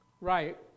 Right